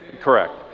Correct